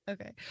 Okay